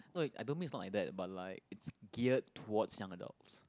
no I don't means is not adapt but like it's geared towards young adult